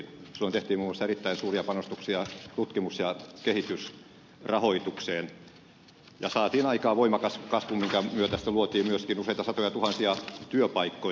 silloin tehtiin muun muassa erittäin suuria panostuksia tutkimus ja kehitysrahoitukseen ja saatiin aikaan voimakas kasvu minkä myötä sitten luotiin myöskin useita satojatuhansia työpaikkoja